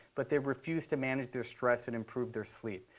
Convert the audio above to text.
but they've refused to manage their stress and improve their sleep.